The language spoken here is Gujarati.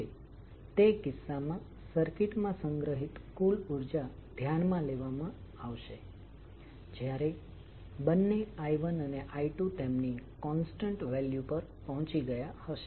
હવે તે કિસ્સામાં સર્કિટ માં સંગ્રહિત કુલ ઉર્જા ધ્યાનમાં લેવામાં આવશે જ્યારે બંને i1 અને i2 તેમની કોન્સ્ટન્ટ વેલ્યુ પર પહોંચી ગયા હશે